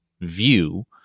view